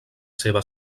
seva